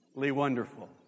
wonderful